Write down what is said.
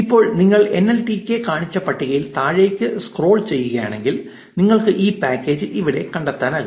ഇപ്പോൾ നിങ്ങൾ എൻഎൽടികെ കാണിച്ച പട്ടികയിൽ താഴേക്ക് സ്ക്രോൾ ചെയ്യുകയാണെങ്കിൽ നിങ്ങൾക്ക് ഈ പാക്കേജ് ഇവിടെ കണ്ടെത്താനാകും